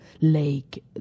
lake